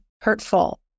hurtful